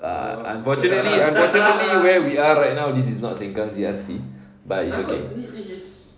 err unfortunately unfortunately where we are right now this is not sengkang G_R_C but it's okay